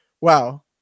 Wow